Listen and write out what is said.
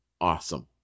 awesome